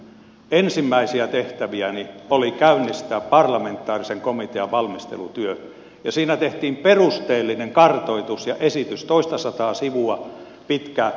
ensimmäisiä tehtäviäni oli käynnistää parlamentaarisen komitean valmistelutyö ja siinä tehtiin perusteellinen kartoitus ja esitys toistasataa sivua pitkä